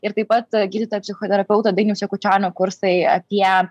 ir taip pat gydytojo psichoterapeuto dainiaus jakučionio kursai apie